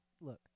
look